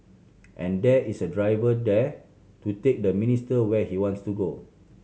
and there is a driver there to take the minister where he wants to go